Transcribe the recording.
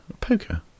poker